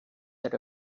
had